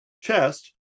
chest